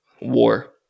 war